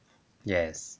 yes